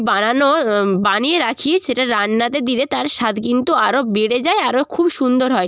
বানানো বানিয়ে রাখি সেটা রান্নাতে দিলে তার স্বাদ কিন্তু আরও বেড়ে যায় আরও খুব সুন্দর হয়